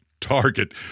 target